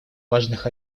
важных